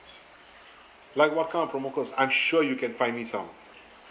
like what kind of promo codes I'm sure you can find me some